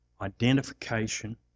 identification